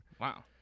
Wow